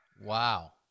wow